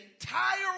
entire